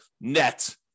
net